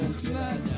tonight